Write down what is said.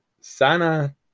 Sana